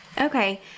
Okay